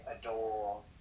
adore